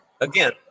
again